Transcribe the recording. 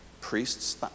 priests